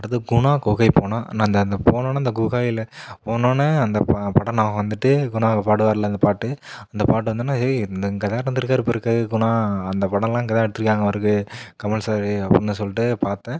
அடுத்தது குணா குகை போனோம் அந்த அந்த அந்த போனோடன அந்த குகையில் போனோடன அந்த ப படம் நியாபகம் வந்துட்டு குணா பாடுவாருல அந்த பாட்டு அந்த பாட்டு வந்தோடன ஏய் இந்த இங்கேதான் இருந்துருக்கார் போல்ருக்கு குணா அந்த படம்லாம் இங்கதான் எடுத்துருக்காங்க பெருக்கு கமல் சார் அப்படின்னு சொல்லிட்டு பார்த்தேன்